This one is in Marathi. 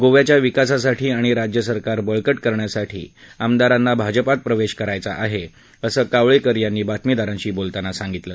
गोव्याच्या विकासासाठी आणि राज्यसरकार बळकट करण्यासाठी आमदारांना भाजपात प्रवेश करायचं आहे असं कावळेकर यांनी बातमीदारांशी बोलताना सांगितलं